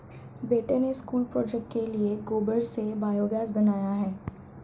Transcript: बेटे ने school project के लिए गोबर से बायोगैस बनाया है